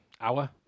Hour